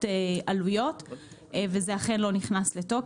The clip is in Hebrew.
זה דבר אחד.